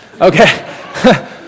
okay